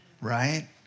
Right